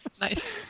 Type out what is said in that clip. Nice